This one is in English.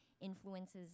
influences